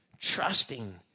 trusting